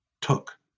Took